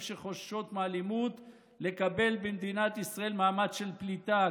שחוששת מאלימות לקבל במדינת ישראל מעמד של פליטה.